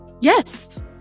Yes